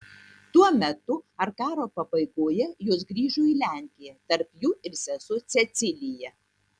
tuo metu ar karo pabaigoje jos grįžo į lenkiją tarp jų ir sesuo cecilija